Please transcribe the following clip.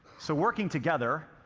so working together,